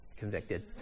convicted